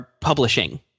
publishing